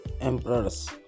emperors